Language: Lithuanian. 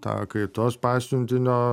tą kaitos pasiuntinio